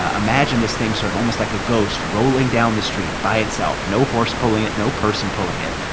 ah imagine this thing sort of almost like a ghost rolling down the street by itself. no horse pulling it. no person pulling it.